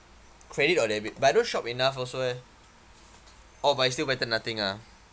credit or debit but I don't shop enough also leh orh but it's still better than nothing ah